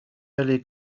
alle